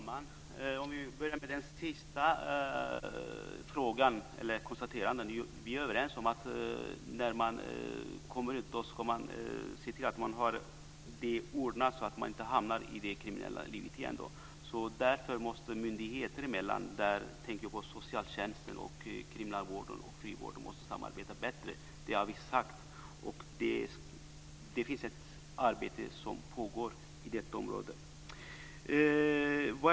Fru talman! Jag börjar med den sista frågan, eller det sista konstaterandet. Vi är överens om att man när man kommer ut ska ha det ordnat så att man inte hamnar i det kriminella livet igen. Därför måste myndigheterna - jag tänker på socialtjänsten, kriminalvården och frivården - samarbeta bättre. Det har vi sagt, och det finns ett arbete som pågår på detta område.